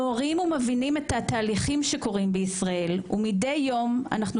על הדבר הזה אנחנו